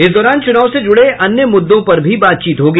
इस दौरान चुनाव से जुड़े अन्य मुद्दों पर भी बातचीत होगी